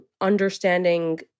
understanding